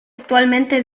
actualmente